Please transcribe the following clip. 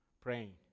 praying